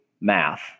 math